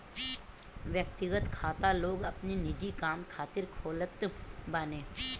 व्यक्तिगत खाता लोग अपनी निजी काम खातिर खोलत बाने